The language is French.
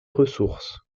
ressources